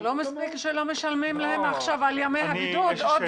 לא מספיק שלא משלמים להם עכשיו על ימי הבידוד, עוד